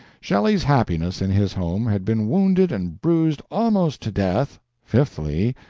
shelley's happiness in his home had been wounded and bruised almost to death, fifthly,